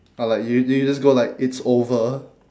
or like y~ you just go like it's over